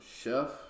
chef